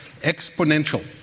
exponential